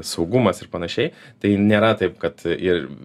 saugumas ir panašiai tai nėra taip kad ir